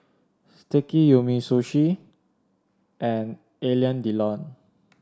Sticky Umisushi and Alain Delon